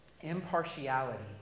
impartiality